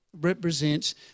represents